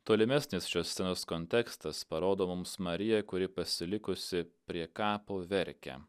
tolimesnis šios scenos kontekstas parodo mums mariją kuri pasilikusi prie kapo verkia